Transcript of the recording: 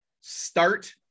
start